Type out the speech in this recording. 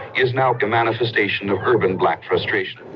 is now the manifestation of urban black frustration.